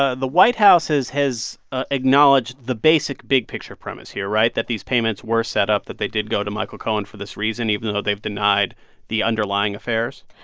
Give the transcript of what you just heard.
ah the white house has has ah acknowledged the basic big-picture premise here right? that these payments were setup, that they did go to michael cohen for this reason even though they've denied the underlying affairs?